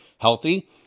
healthy